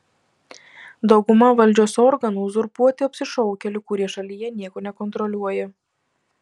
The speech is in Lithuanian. dauguma valdžios organų uzurpuoti apsišaukėlių kurie šalyje nieko nekontroliuoja